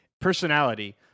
personality